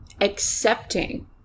accepting